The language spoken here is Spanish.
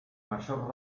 mayor